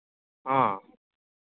ᱦᱮᱸ